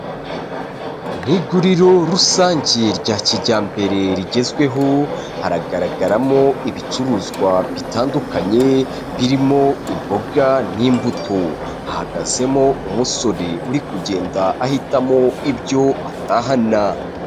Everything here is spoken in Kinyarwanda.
Ni iguriro rusange rya kijyambere rigezweho haragaragaramo ibicuruzwa bitandukanye birimo imboga n'imbuto, hahagazemo umusore uri kugenda ahitamo ibyo ataha.